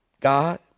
God